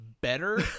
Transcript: better